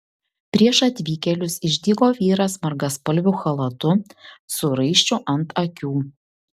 prieš atvykėlius išdygo vyras margaspalviu chalatu su raiščiu ant akių